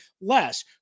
less